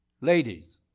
Ladies